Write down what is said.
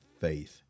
faith